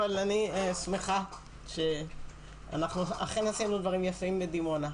אבל אני שמחה שאנחנו אכן עשינו דברים יפים בדימונה.